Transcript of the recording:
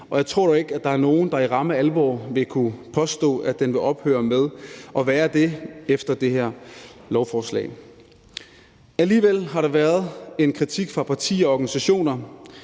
jeg tror dog ikke, at der er nogen, der i ramme alvor vil kunne påstå, at den vil ophøre med at være det efter det her lovforslag. Alligevel har der været en kritik fra partier og organisationer.